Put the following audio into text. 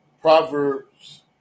Proverbs